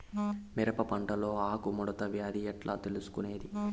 మిరప పంటలో ఆకు ముడత వ్యాధి ఎట్లా తెలుసుకొనేది?